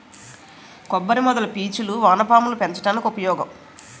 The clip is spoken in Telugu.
కొబ్బరి మొదల పీచులు వానపాములు పెంచడానికి ఉపయోగం